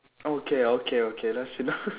okay okay okay that's enough